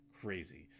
crazy